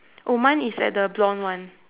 oh mine is at the blond one